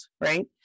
right